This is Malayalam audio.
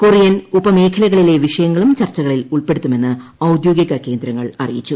കൊറിയൻ ഉപമേഖലകളിലെ വിഷയങ്ങള്ളുടി ചർച്ചകളിൽ ഉൾപ്പെടുത്തുമെന്ന് ഔദ്യോഗിക കേന്ദ്രങ്ങൾ അറിയിച്ചു